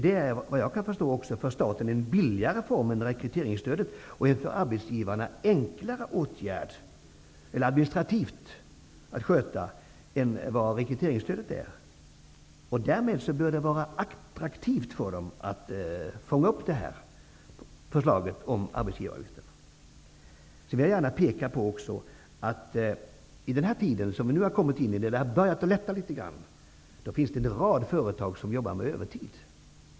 Det är, vad jag kan förstå, en för staten billigare form än rekryteringsstödet och en för arbetsgivarna administrativt enklare åtgärd än rekryteringsstödet är. Därmed bör det vara attraktivt för dem att fånga upp förslaget om arbetsgivaravgiften. Jag vill gärna också peka på att det i den tid vi nu har kommit in i, när det har börjat lätta litet grand, finns en rad företag som jobbar med övertid.